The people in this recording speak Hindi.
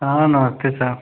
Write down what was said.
हाँ नमस्ते साहब